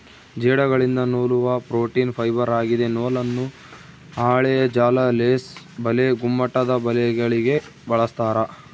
ಜೇಡಗಳಿಂದ ನೂಲುವ protein fibre ಆಗಿದೆ ನೂಲನ್ನು ಹಾಳೆಯ ಜಾಲ ಲೇಸ್ ಬಲೆ ಗುಮ್ಮಟದಬಲೆಗಳಿಗೆ ಬಳಸ್ತಾರ